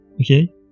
okay